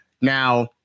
Now